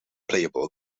playable